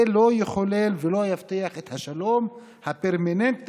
זה לא יחולל ולא יבטיח את השלום הפרמננטי